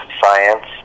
science